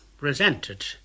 resented